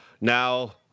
Now